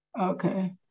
okay